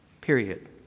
period